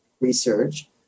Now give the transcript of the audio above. research